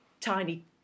tiny